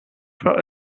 for